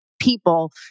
people